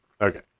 Okay